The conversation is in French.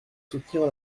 soutenir